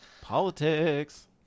Politics